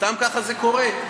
סתם ככה זה קורה?